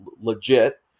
legit